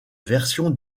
version